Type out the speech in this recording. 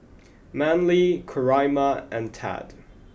Manley Coraima and Tad